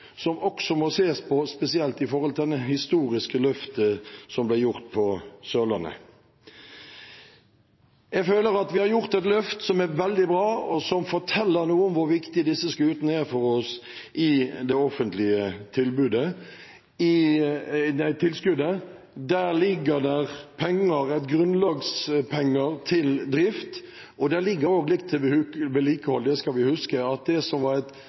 som også må ses på spesielt i forhold til det historiske løftet som ble gjort for «Sørlandet». Jeg føler at vi har gjort et løft som er veldig bra – og som forteller noe om hvor viktige disse skutene er for oss – i det offentlige tilskuddet. Der ligger det grunnlagspenger til drift, og der ligger det også litt til vedlikehold. Vi skal huske at det som var et